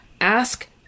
ask